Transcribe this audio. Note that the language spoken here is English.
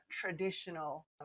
traditional